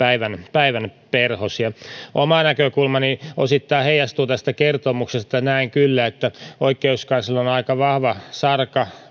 päivänperhosia oma näkökulmani osittain heijastuu tästä kertomuksesta näen kyllä että oikeuskanslerilla on aika vahva sarka